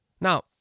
Now